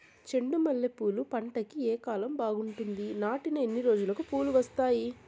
చెండు మల్లె పూలు పంట కి ఏ కాలం బాగుంటుంది నాటిన ఎన్ని రోజులకు పూలు వస్తాయి